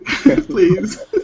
Please